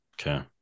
Okay